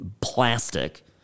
plastic